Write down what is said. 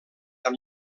amb